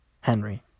Henry